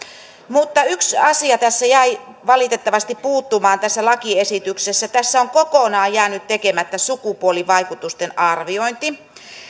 mutta yksi asia jäi valitettavasti puuttumaan tässä lakiesityksessä tässä on kokonaan jäänyt tekemättä sukupuolivaikutusten arviointi